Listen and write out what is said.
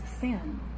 sin